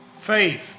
faith